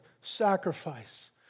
sacrifice